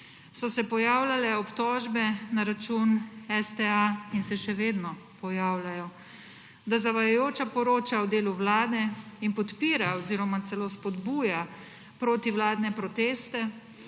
so se pojavljale obtožbe na račun STA in se še vedno pojavljajo, da zavajajoče poroča o delu Vlade in podpira oziroma celo spodbuja protivladne proteste